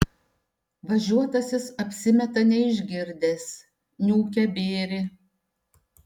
važiuotasis apsimeta neišgirdęs niūkia bėrį